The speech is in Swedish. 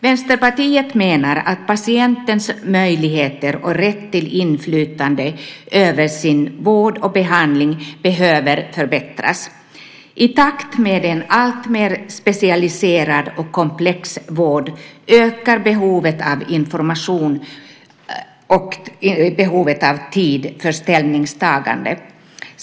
Vänsterpartiet menar att patientens möjligheter och rätt till inflytande över sin vård och behandling behöver förbättras. I takt med en alltmer specialiserad och komplex vård ökar behovet av information och tid för ställningstagande.